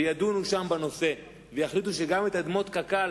וידונו שם בנושא ויחליטו שגם את אדמות קק"ל